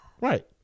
Right